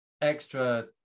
extra